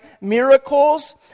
Miracles